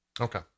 Okay